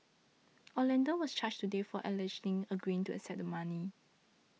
Orlando was charged today for allegedly agreeing to accept the money